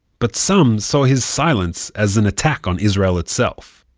but some saw his silence as an attack on israel itself.